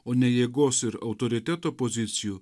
o ne jėgos ir autoriteto pozicijų